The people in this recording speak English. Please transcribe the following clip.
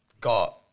got